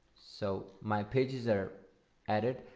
so my pages are added.